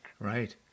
Right